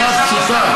המלצה?